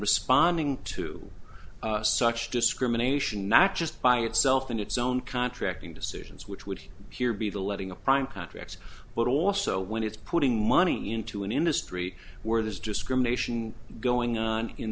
responding to such discrimination not just by itself in its own contracting decisions which would be the letting the prime contracts but also when it's putting money into an industry where there's discrimination going on in